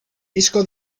disco